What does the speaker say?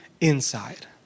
inside